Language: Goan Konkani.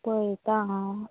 पळयता हांव